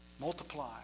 multiply